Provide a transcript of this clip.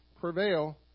prevail